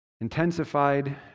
intensified